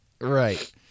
Right